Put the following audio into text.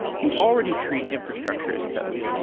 you already treat infrastructure as code.